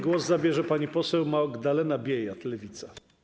Głos zabierze pani poseł Magdalena Biejat, Lewica.